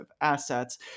assets